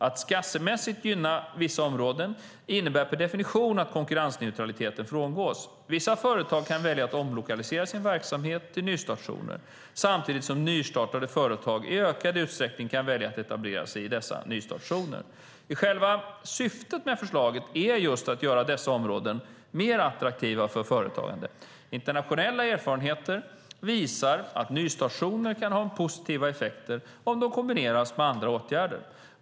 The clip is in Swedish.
Att skattemässigt gynna vissa områden innebär per definition att konkurrensneutraliteten frångås. Vissa företag kan välja att omlokalisera sin verksamhet till nystartszoner, samtidigt som nystartade företag i ökad utsträckning kan välja att etablera sig i dessa nystartszoner. Själva syftet med förslaget är just att göra dessa områden mer attraktiva för företagande. Internationella erfarenheter visar att nystartszoner kan ha positiva effekter om de kombineras med andra åtgärder.